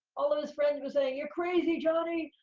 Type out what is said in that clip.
all of his friends were saying, you're crazy, johnny.